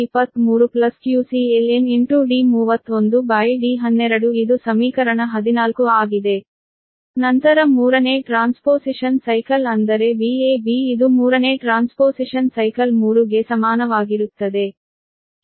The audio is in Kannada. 12π0qaln D31r qbln rD31qcln D12D23 ನಂತರ ಮೂರನೇ ಟ್ರಾನ್ಸ್ಪೋಸಿಷನ್ ಸೈಕಲ್ ಅಂದರೆ Vab ಇದು ಮೂರನೇ ಟ್ರಾನ್ಸ್ಪೋಸಿಷನ್ ಸೈಕಲ್ 3 ಗೆ ಸಮಾನವಾಗಿರುತ್ತದೆ